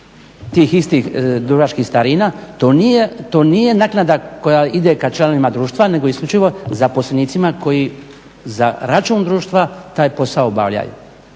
tih istih dubrovačkih starina to nije naknada koja ide ka članovima društva, nego isključivo zaposlenicima koji za račun društva taj posao obavljaju.